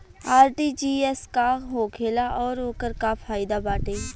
RTGS का होखेला और ओकर का फाइदा बाटे?